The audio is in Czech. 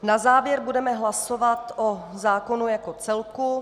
Na závěr budeme hlasovat o zákonu jako celku.